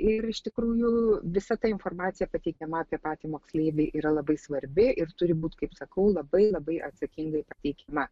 ir iš tikrųjų visa ta informacija pateikiama apie patį moksleivį yra labai svarbi ir turi būti kaip sakau labai labai atsakingai pateikiama